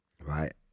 right